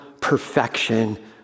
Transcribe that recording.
perfection